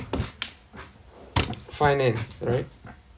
finance alright